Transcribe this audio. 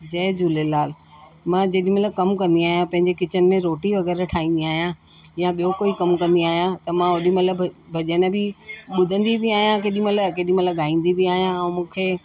जय झूलेलाल मां जेॾी महिल कम कंदी आहियां पंहिंजे किचन में रोटी वगै़रह ठाहींदी आहियां या ॿियो कोई कमु कंदी आहियां त मां ओॾी महिल भ भजन बि ॿुधंदी बि आहियां केॾी महिल केॾी महिल ॻाईंदी बि आहियां ऐं मूंखे